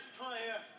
player